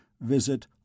visit